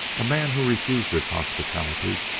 a man who refused this hospitality,